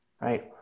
Right